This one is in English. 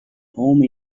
home